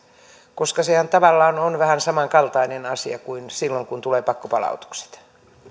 koska sehän tavallaan on vähän samankaltainen asia kuin silloin kun tulee pakkopalautukset